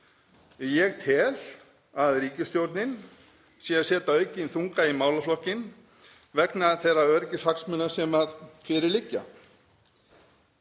Ég tel að ríkisstjórnin sé að setja aukinn þunga í málaflokkinn vegna þeirra öryggishagsmuna sem fyrir liggja.